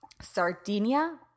Sardinia